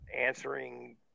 answering